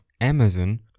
Amazon